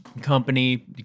Company